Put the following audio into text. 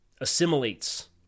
assimilates